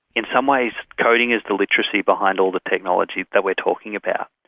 in some ways coding is the literacy behind all the technology that we're talking about,